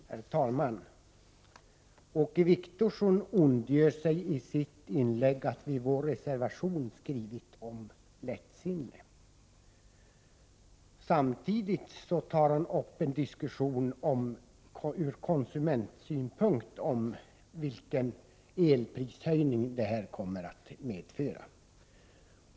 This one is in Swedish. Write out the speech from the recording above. Herr talman! Åke Wictorsson ondgör sig i sitt inlägg över att vi i vår reservation har skrivit om lättsinne. Samtidigt tar han upp en diskussion ur konsumentsynpunkt om vilken elprishöjning förslaget kommer att medföra.